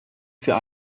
für